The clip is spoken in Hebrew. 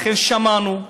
לכן שמענו,